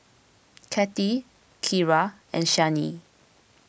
Cathi Kira and Shianne